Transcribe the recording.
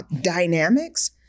dynamics